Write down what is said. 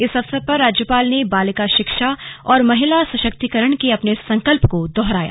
इस अवसर पर राज्यपाल ने बालिका शिक्षा और महिला सशक्तिकरण के अपने संकल्प को दोहराया